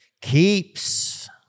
Keeps